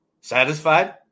Satisfied